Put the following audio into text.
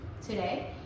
today